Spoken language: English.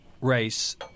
race